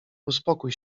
uspokój